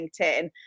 LinkedIn